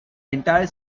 entire